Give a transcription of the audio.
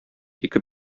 ике